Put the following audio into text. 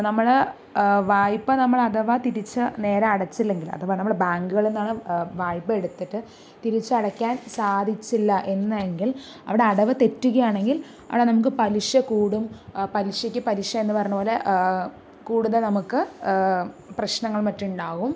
നമ്മൾ വായ്പ നമ്മൾ അഥവാ തിരിച്ച് നേരെ അടച്ചില്ലെങ്കിൽ അഥവ നമ്മൾ ബാങ്കുകളിൽ നിന്നാണ് വായ്പ എടുത്തിട്ട് തിരിച്ചടയ്ക്കാൻ സാധിച്ചില്ല എന്ന് എങ്കിൽ അവിടെ അടവ് തെറ്റുകയാണെങ്കിൽ അവിടെ നമുക്ക് പലിശ കൂടും പലിശയ്ക്ക് പലിശ എന്ന് പറഞ്ഞ പോലെ കൂടുതൽ നമുക്ക് പ്രശ്നങ്ങളും മറ്റും ഉണ്ടാകും